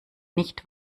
nicht